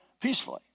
peacefully